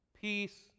Peace